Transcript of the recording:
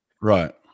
right